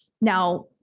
Now